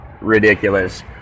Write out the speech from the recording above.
ridiculous